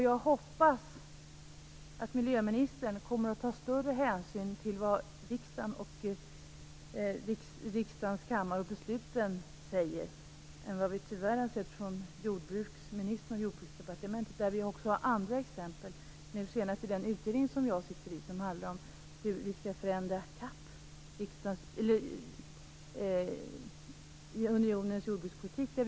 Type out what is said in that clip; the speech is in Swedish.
Jag hoppas att miljöministern kommer att ta större hänsyn till riksdagens beslut än vad vi tyvärr har sett från jordbruksministern och Jordbruksdepartementet, där vi har även andra exempel, senast i den utredning som jag ingår i och som handlar om hur vi skall förändra CAP, unionens jordbrukspolitik.